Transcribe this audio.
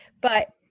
But-